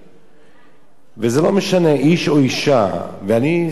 וזה לא משנה איש או אשה, ואני סגרתי אתו שכר,